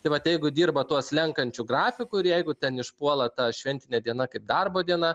tai vat jeigu dirbat tuo slenkančiu grafiku ir jeigu ten išpuola ta šventinė diena kaip darbo diena